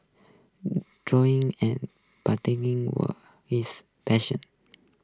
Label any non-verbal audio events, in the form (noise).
(hesitation) drawing and (unintelligible) were his passions